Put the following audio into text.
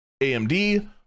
AMD